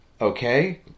okay